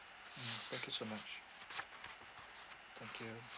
mm thank you so much thank you